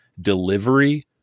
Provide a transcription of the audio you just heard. delivery